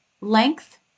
length